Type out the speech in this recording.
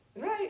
Right